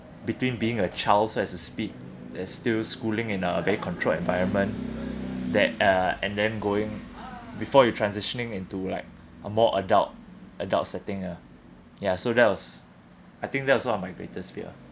between being a child so as to speak that's still schooling in a very controlled environment that uh and then going before you transitioning into like a more adult adult setting ah ya so that was I think that was one of my greatest fear